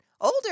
older